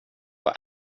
vara